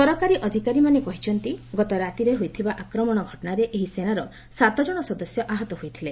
ସରକାରୀ ଅଧିକାରୀମାନେ କହିଛନ୍ତି ଗତ ରାତିରେ ହୋଇଥିବା ଆକ୍ରମଣ ଘଟଣାରେ ଏହି ସେନାର ସାତ ଜଣ ସଦସ୍ୟ ଆହତ ହୋଇଥିଲେ